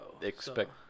expect